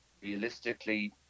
realistically